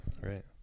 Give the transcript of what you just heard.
right